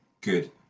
Good